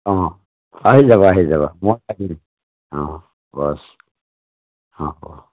অঁ আহি যাবা আহি যাবা মই থাকিম অঁ বছ হ'ব